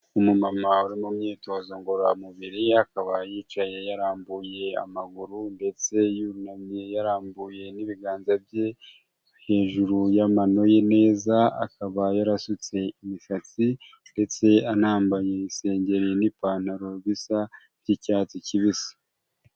Umu mama uri mu myitozo ngororamubiri; akaba yicaye yarambuye amaguru ndetse yunamye yarambuye n'ibiganza bye hejuru y'amano ye neza; akaba yarasutse imisatsi ndetse anambaye isengeri n'ipantaro bisa by'icyatsi cyibisi.